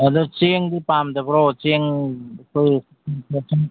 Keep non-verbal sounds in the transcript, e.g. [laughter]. ꯑꯗꯨ ꯆꯦꯡꯗꯤ ꯄꯥꯝꯗꯕ꯭ꯔꯣ ꯆꯦꯡ ꯑꯩꯈꯣꯏ [unintelligible]